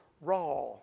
raw